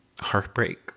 heartbreak